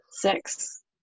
six